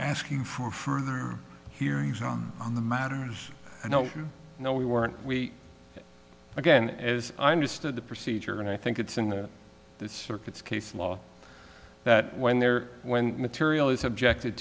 asking for further hearings on on the matters i don't you know we we weren't again as i understood the procedure and i think it's in the circuits case law that when there when material is subjected